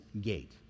gate